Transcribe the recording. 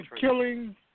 killing